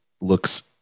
looks